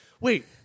wait